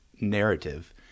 narrative